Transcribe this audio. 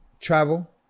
travel